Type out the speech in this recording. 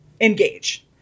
engage